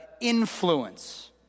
influence